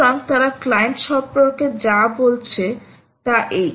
সুতরাং তারা ক্লায়েন্ট সম্পর্কে যা বলছে তা এই